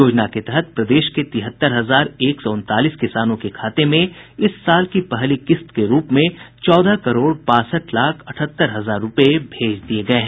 योजना के तहत के तहत प्रदेश के तिहत्तर हजार एक सौ उनतालीस किसानों के खाते में इस साल की पहली किस्त के रूप में चौदह करोड़ बासठ लाख अठहत्तर हजार रूपये भेज दिये गये हैं